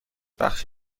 بخش